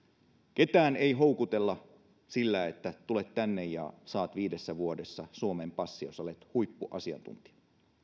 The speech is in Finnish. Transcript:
ketään ei houkutella sillä että tule tänne niin saat viidessä vuodessa suomen passin jos olet huippuasiantuntija